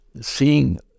seeing